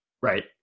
Right